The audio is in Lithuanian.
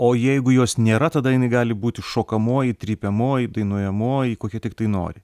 o jeigu jos nėra tada jinai gali būti šokamoji trypiamoji dainuojamoji kokia tiktai nori